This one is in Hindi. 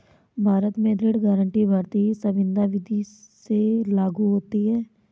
भारत में ऋण गारंटी भारतीय संविदा विदी से लागू होती है